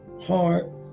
heart